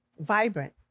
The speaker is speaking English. vibrant